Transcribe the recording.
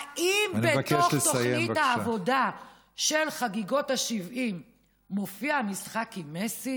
האם בתוך תוכנית העבודה של חגיגות ה-70 מופיע המשחק עם מסי?